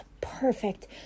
perfect